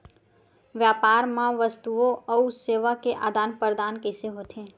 व्यापार मा वस्तुओ अउ सेवा के आदान प्रदान कइसे होही?